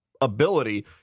ability